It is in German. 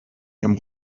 ihrem